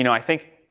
you know i think,